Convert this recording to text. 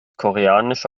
koreanische